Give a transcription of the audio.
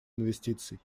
инвестиций